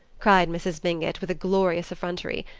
cried mrs. mingott with a glorious effrontery.